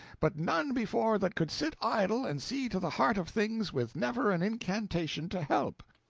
but none before that could sit idle and see to the heart of things with never an incantation to help.